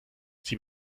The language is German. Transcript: sie